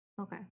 Okay